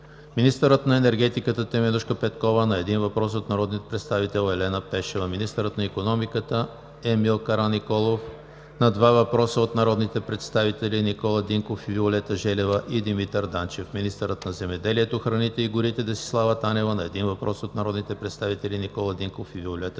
министърът на енергетиката Теменужка Петкова на един въпрос от народния представител Елена Пешева; - министърът на икономиката Емил Караниколов на два въпроса от народните представители Никола Динков и Виолета Желева; и Димитър Данчев; - министърът на земеделието, храните и горите Десислава Танева на един въпрос от народните представители Никола Динков и Виолета Желева;